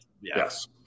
yes